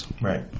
Right